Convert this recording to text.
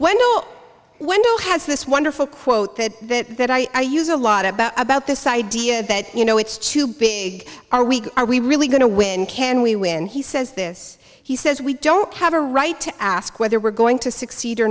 know when to has this wonderful quote that i use a lot about about this idea that you know it's too big are we are we really going to win can we when he says this he says we don't have a right to ask whether we're going to succeed or